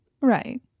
Right